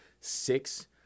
Six